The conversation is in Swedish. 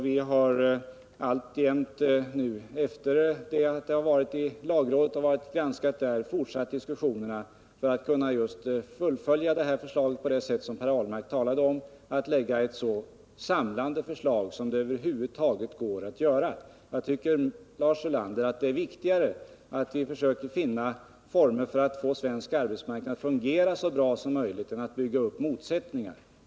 Vi har alltjämt, efter det att förslaget har granskats i lagrådet, fortsatt diskussionerna för att kunna fullfölja arbetet på det sätt som Per Ahlmark talade om, nämligen för att lägga fram ett så samlande förslag som det över huvud taget går att göra. Jag tycker att det är viktigare att vi försöker finna former för att få svensk arbetsmarknad att fungera så bra som möjligt än att bygga upp motsättningar.